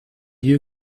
you